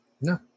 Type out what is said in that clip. No